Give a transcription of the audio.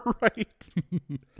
Right